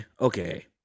okay